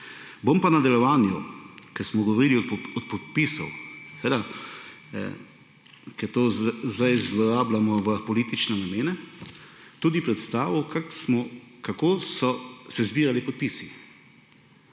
Bom pa v nadaljevanju, ker smo govorili o podpisih, seveda ker to zdaj zlorabljamo v politične namene, tudi predstavil, kako so se zbirali podpisi.